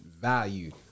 value